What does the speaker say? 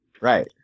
Right